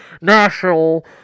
national